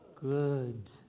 good